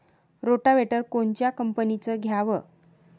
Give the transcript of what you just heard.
Rotavator कोनच्या कंपनीचं घ्यावं?